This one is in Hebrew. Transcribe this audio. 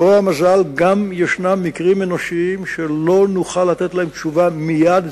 שלרוע המזל גם ישנם מקרים אנושיים שלא נוכל לתת להם תשובה מייד,